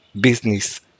business